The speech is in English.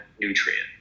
nutrient